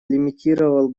лимитировал